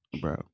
Bro